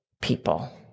people